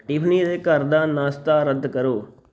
Tiffany ਦੇ ਘਰ ਦਾ ਨਾਸ਼ਤਾ ਰੱਦ ਕਰੋ